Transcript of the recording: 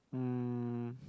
um